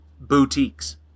Boutiques